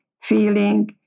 feeling